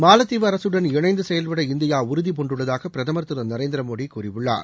மாலத்தீவு அரசுடன் இணைந்து செயல்பட இந்தியா உறுதி பூண்டுள்ளதாக பிரதமர் திரு நரேந்திர மோடி கூறியுள்ளார்